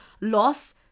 loss